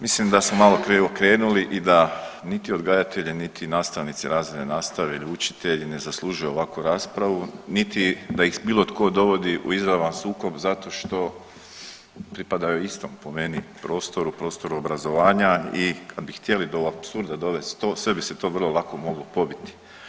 Mislim da smo malo krivo krenuli i da niti odgajatelji niti nastavnici razredne nastave ni učitelji ne zaslužuju ovakvu raspravu niti da ih bilo tko dovodi u izravan sukob zato što pripadaju istom, po meni, prostoru, prostoru obrazovanja i ako bi htjeli do apsurda dovesti to, sve bi se to vrlo lako moglo pobiti.